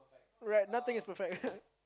right nothing is perfect